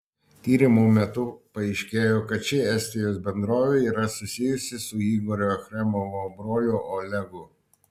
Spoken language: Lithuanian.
tyrimo metu paaiškėjo kad ši estijos bendrovė yra susijusi su igorio achremovo broliu olegu